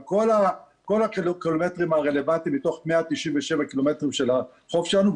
על כל הקילומטרים הרלוונטיים מתוך 197 קילומטרים של החוף שלנו.